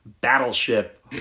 battleship